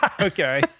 Okay